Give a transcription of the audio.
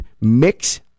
mix